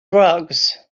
drugs